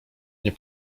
nie